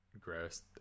gross